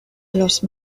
los